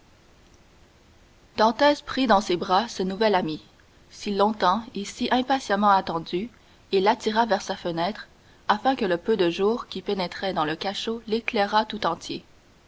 dantès prit dans ses bras ce nouvel ami si longtemps et si impatiemment attendu et l'attira vers sa fenêtre afin que le peu de jour qui pénétrait dans le cachot l'éclairât tout entier